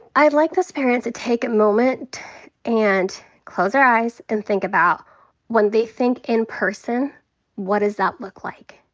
i'd like those parents to take a moment and close their eyes and think about when they think in-person what does that look like.